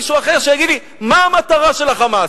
מישהו אחר ויגיד לי מה המטרה של ה"חמאס".